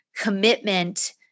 commitment